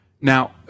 Now